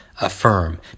affirm